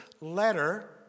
letter